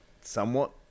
somewhat